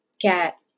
get